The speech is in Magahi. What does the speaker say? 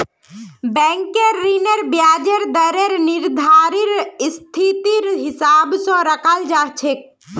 बैंकेर ऋनेर ब्याजेर दरेर निर्धानरेर स्थितिर हिसाब स कराल जा छेक